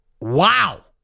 Wow